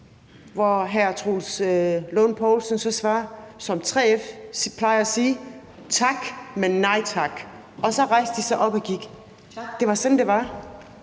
og hr. Troels Lund Poulsen svarer så: Som 3F plejer at sige, tak, men nej tak. Og så rejste de sig op og gik. Det var sådan, det var.